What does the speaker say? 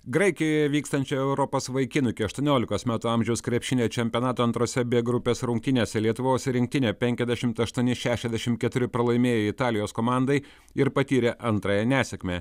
graikijoje vykstančio europos vaikinų iki aštuoniolikos metų amžiaus krepšinio čempionato antrose b grupės rungtynėse lietuvos rinktinė penkiasdešimt aštuoni šešiasdešim keturi pralaimėjo italijos komandai ir patyrė antrąją nesėkmę